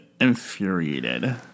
infuriated